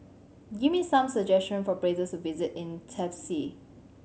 give me some suggestion for places to visit in Tbilisi